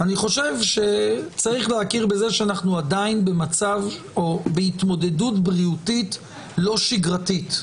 אני חושב שצריך להכיר בזה שאנחנו עדיין בהתמודדות בריאותית לא שגרתית,